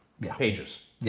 pages